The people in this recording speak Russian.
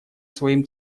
своим